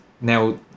now